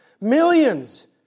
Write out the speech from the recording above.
Millions